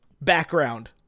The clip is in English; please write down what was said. background